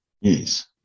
Yes